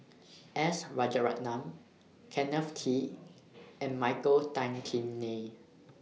S Rajaratnam Kenneth Kee and Michael Tan Kim Nei